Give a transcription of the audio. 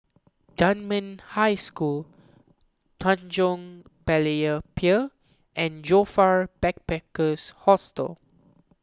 Dunman High School Tanjong Berlayer Pier and Joyfor Backpackers' Hostel